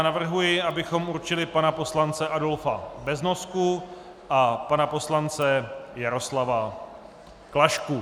Navrhuji, abychom určili pana poslance Adolfa Beznosku a pana poslance Jaroslava Klašku.